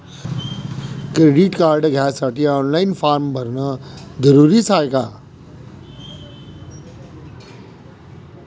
Credit card घ्यासाठी online form भरन जरुरीच हाय का?